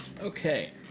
Okay